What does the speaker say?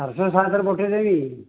ଚାରିଶହ ସାତରେ ପଠେଇଦେବି